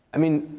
i mean,